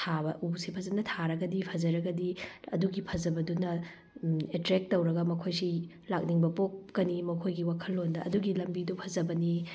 ꯊꯥꯕ ꯎꯁꯦ ꯐꯖꯅ ꯊꯥꯔꯒꯗꯤ ꯐꯖꯔꯒꯗꯤ ꯑꯗꯨꯒꯤ ꯐꯖꯕꯗꯨꯅ ꯑꯦꯇ꯭ꯔꯦꯛ ꯇꯧꯔꯒ ꯃꯈꯣꯏꯁꯤ ꯂꯥꯛꯅꯤꯡꯕ ꯄꯣꯛꯀꯅꯤ ꯃꯈꯣꯏꯒꯤ ꯋꯥꯈꯜꯂꯣꯟꯗ ꯑꯗꯨꯒꯤ ꯂꯝꯕꯤꯗꯨ ꯐꯖꯕꯅꯤ